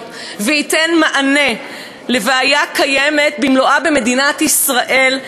וייתן מענה למלוא הבעיה הקיימת במדינת ישראל,